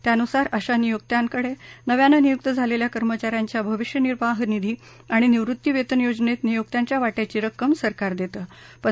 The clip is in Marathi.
त्यानुसार अशा नियोक्त्यांकडे नव्यानं नियुक्त झालेल्या कर्मचाऱ्याच्या भविष्य निर्वाह निधी आणि निवृत्ती वेतन योजनेत नियोक्त्याच्या वाटयाची रक्कम सरकार देतं